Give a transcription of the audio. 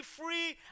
free